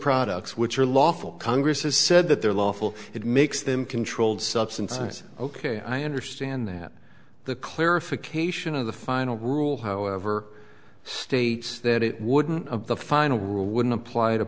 products which are lawful congress has said that they're lawful it makes them controlled substances ok i understand that the clarification of the final rule however states that it wouldn't of the final rule would apply to